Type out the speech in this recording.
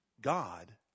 God